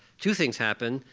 two things happen.